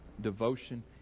devotion